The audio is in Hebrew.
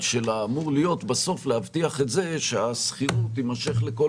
שלה אמור להיות בסוף להבטיח את זה שהשכירות תימשך לכל